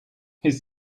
his